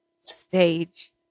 stage